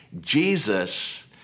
Jesus